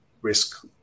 risk